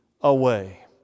away